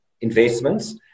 investments